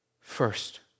first